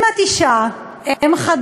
אם את אישה, אם חד-הורית,